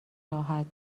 راحت